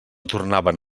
tornaven